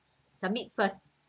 submit first